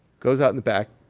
goes out in the back,